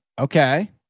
Okay